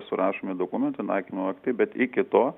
surašomi dokumentų naikymo aktai bet iki to